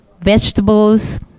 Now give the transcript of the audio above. vegetables